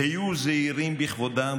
היו זהירים בכבודם,